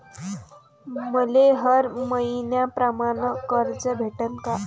मले हर मईन्याप्रमाणं कर्ज भेटन का?